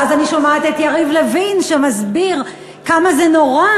ואז אני שומעת את יריב לוין שמסביר כמה זה נורא